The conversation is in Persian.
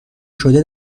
شده